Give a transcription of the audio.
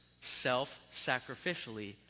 self-sacrificially